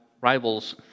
rival's